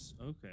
Okay